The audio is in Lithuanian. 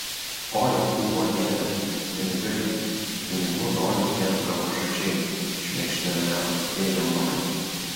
o jokūbo dieve pinigai pinigų nori tie galvažudžiai šmėkštelėjo feigelmanui